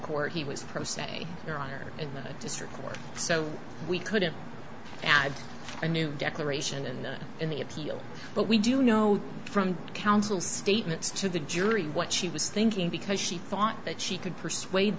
court he was per se your honor in the district court so we couldn't add a new declaration in the appeal but we do know from counsel statements to the jury what she was thinking because she thought that she could persuade